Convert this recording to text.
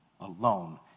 alone